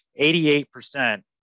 88%